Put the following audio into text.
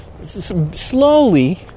slowly